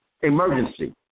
emergency